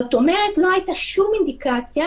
זאת אומרת לא הייתה שום אינדיקציה.